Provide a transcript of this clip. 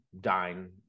dine